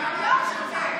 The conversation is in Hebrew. הבלוק שלך,